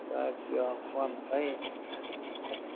ইয়াত তিঁয়হ পোৱা নাযায়েই